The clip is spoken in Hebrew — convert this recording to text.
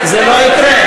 זה לא יקרה.